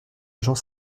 gens